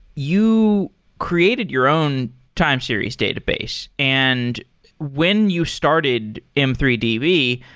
you created your own time series database, and when you started m three d b,